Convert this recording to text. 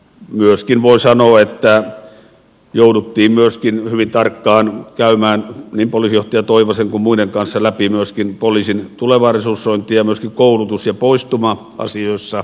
myöskin voi sanoa että jouduttiin hyvin tarkkaan käymään niin poliisijohtaja toivasen kuin muiden kanssa läpi poliisin tulevaa resursointia myöskin koulutus ja poistuma asioissa